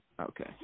Okay